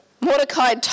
Mordecai